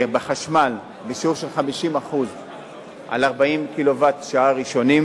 בחשמל בשיעור של 50% על 40 קילוואט-שעה ראשונים.